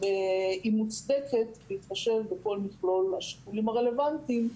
היא מוצדקת בהתחשב בכל מכלול השיקולים הרלוונטיים,